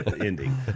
ending